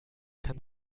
kann